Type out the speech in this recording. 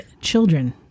children